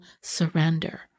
surrender